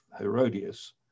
Herodias